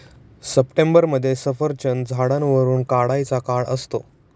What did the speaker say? सप्टेंबरमध्ये सफरचंद झाडावरुन काढायचा काळ असतो